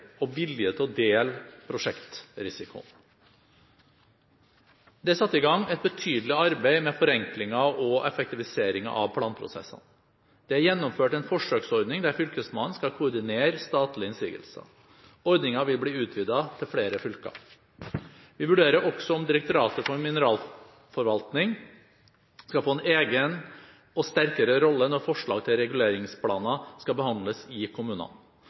og vilje til å dele prosjektrisikoen. Det er satt i gang et betydelig arbeid med forenklinger og effektiviseringer av planprosessene. Det er gjennomført en forsøksordning der Fylkesmannen skal koordinere statlige innsigelser. Ordningen vil bli utvidet til flere fylker. Vi vurderer også om Direktoratet for mineralforvaltning skal få en egen og sterkere rolle når forslag til reguleringsplaner skal behandles i kommunene.